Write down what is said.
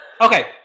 Okay